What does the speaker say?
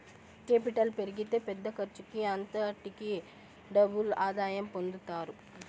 capital పెరిగితే పెద్ద ఖర్చుకి అంతటికీ డబుల్ ఆదాయం పొందుతారు